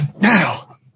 now